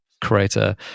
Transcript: creator